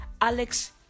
Alex